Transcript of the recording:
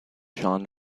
john